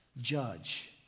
judge